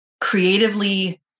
creatively